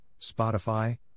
Spotify